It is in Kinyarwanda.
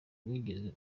wigeze